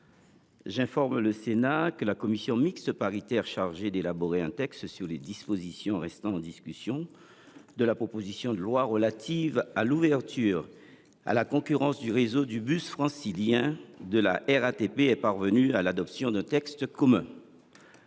J’informe le Sénat que la commission mixte paritaire chargée d’élaborer un texte sur les dispositions restant en discussion de la proposition de loi relative à l’ouverture à la concurrence du réseau de bus francilien de la RATP est parvenue à l’adoption d’un texte commun.